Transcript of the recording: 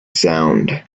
sound